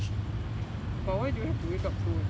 but why do you have to wake up so early